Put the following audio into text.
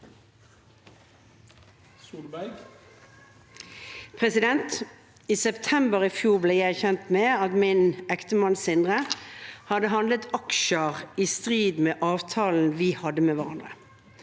I september i fjor ble jeg kjent med at min ektemann, Sindre, hadde handlet aksjer i strid med avtalen vi hadde med hverandre.